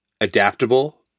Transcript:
adaptable